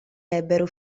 ebbero